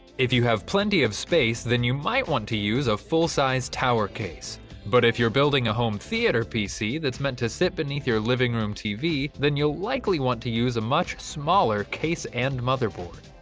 if you have plenty of space then you might want to use a full sized tower case but if you're building a home theater pc that's meant to sit beneath your living room tv then you'll likely want to use a much smaller case and motherboard.